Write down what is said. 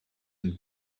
and